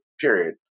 Period